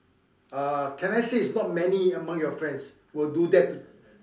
uh can I say is not many among your friends will do that